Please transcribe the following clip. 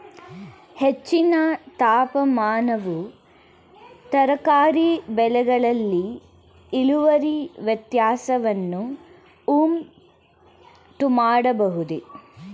ಹೆಚ್ಚಿನ ತಾಪಮಾನವು ತರಕಾರಿ ಬೆಳೆಗಳಲ್ಲಿ ಇಳುವರಿ ವ್ಯತ್ಯಾಸವನ್ನು ಉಂಟುಮಾಡಬಹುದೇ?